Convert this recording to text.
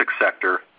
sector